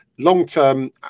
Long-term